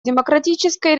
демократической